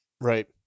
Right